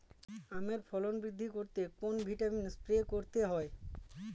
আমের ফলন বৃদ্ধি করতে কোন ভিটামিন স্প্রে করতে হয়?